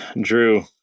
Drew